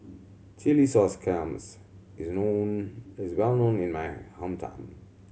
chilli sauce clams is known well known in my hometown